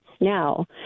now